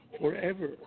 forever